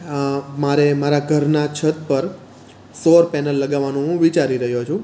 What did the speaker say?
મારે મારાં ઘરનાં છત પર સૌર પેનલ લગાવવાનું હું વિચારી રહ્યો છું